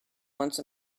once